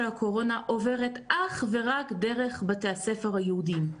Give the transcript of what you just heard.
הקורונה עוברת אך ורק דרך בתי הספר היהודיים.